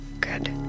Good